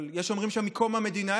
אבל יש אומרים מקום המדינה?